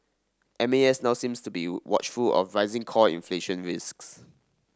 M A S now seems to be watchful of rising core inflation risks